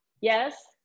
Yes